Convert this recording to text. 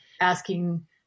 asking